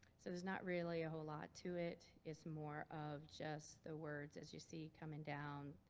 so there's not really a whole lot to it. it's more of just the words as you see coming down,